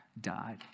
died